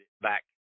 back